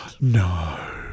No